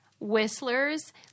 whistlers